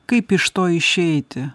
kaip iš to išeiti